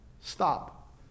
Stop